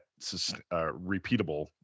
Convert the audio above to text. repeatable